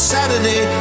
Saturday